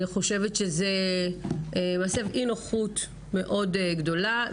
לדעתי זה מסב אי נוחות מאוד גדולה.